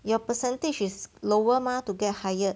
your percentage is lower mah to get hired